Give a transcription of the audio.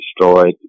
destroyed